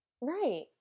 Right